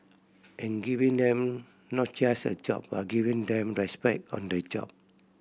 and giving them not just a job but giving them respect on the job